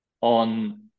on